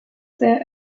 sehr